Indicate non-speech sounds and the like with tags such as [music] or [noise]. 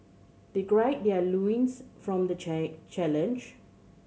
they [unintelligible] their loins from the chair challenge